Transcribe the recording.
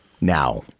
now